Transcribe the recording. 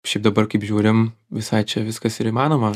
šiaip dabar kaip žiūrim visai čia viskas ir įmanoma